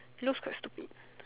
looks quite stupid